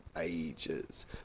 ages